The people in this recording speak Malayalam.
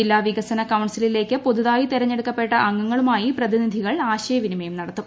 ജില്ലാ വികസന കൌൺസിലിലേക്ക് പുതുതായി തെരഞ്ഞെടുക്കപ്പെട്ട അംഗങ്ങളുമായി പ്രതിനിധകൾ ആശയവിനിമയം നടത്തും